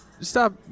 stop